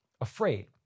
afraid